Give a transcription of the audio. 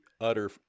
utter